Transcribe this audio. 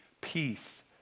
peace